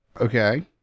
Okay